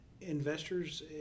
investors